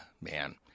Man